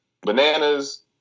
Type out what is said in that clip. Bananas